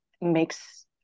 makes